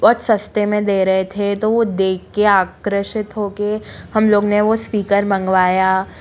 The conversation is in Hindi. बहुत सस्ते में दे रहे थे तो वो देख के आकर्षित हो के हम लोग ने वो स्पीकर मंगवाया